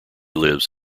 lives